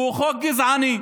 והוא חוק גזעני,